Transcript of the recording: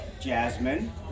Jasmine